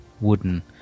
wooden